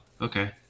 okay